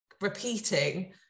repeating